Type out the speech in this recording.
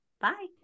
Bye